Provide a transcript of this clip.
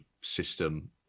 system